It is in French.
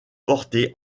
porté